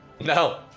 No